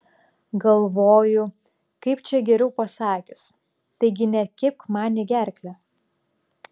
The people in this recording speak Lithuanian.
galvoju kaip čia geriau pasakius taigi nekibk man į gerklę